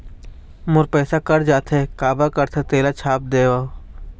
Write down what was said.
मोर पैसा कट जाथे काबर कटथे तेला छाप देव?